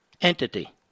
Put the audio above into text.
entity